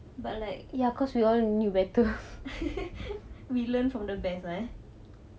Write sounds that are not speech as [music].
but like [laughs] we learn from the best lah